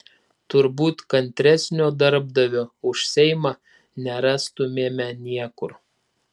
turbūt kantresnio darbdavio už seimą nerastumėme niekur